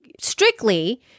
strictly